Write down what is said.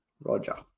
Roger